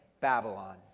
Babylon